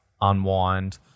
unwind